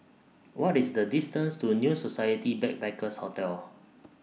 What IS The distance to New Society Backpackers' Hotel